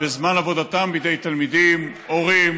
בזמן עבודתם בידי תלמידים, הורים